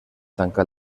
tancà